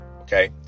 Okay